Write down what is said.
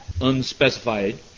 unspecified